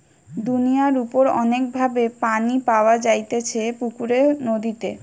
দুনিয়ার উপর অনেক ভাবে পানি পাওয়া যাইতেছে পুকুরে, নদীতে